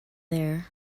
there